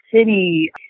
City